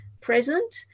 present